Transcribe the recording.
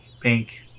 pink